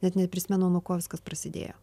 net neprisimena nuo ko viskas prasidėjo